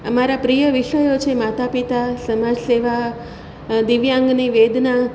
અમારા પ્રિય વિષયો છે માતા પિતા સમાજ સેવા દિવ્યાંગની વેદના